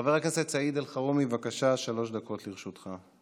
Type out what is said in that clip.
חבר הכנסת סעיד אלחרומי, בבקשה, שלוש דקות לרשותך.